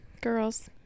girls